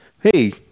Hey